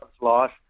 life